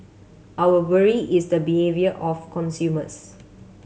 our worry is the behaviour of consumers